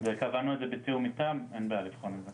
קבענו את זה בתיאום איתם, אין בעיה לבחון את זה.